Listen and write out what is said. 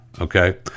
okay